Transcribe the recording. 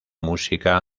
música